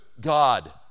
God